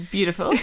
Beautiful